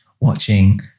watching